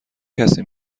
کسی